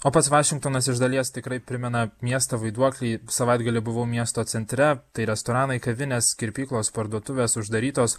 o pats vašingtonas iš dalies tikrai primena miestą vaiduoklį savaitgalį buvau miesto centre tai restoranai kavinės kirpyklos parduotuvės uždarytos